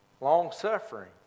long-suffering